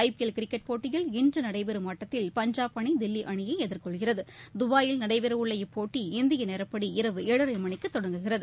ஐ P L cricket போட்டியில் இன்று நடைபெறும் ஆட்டத்தில் பஞ்சாப் அணி தில்லி அணியை எதிர்கொள்கிறது தபாயில் நடைபெறவுள்ள இப்போட்டி இந்திய நேரட்படி இரவு ஏழரை மணிக்கு தொடங்குகிறது